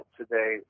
today